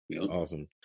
Awesome